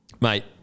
mate